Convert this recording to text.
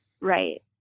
Right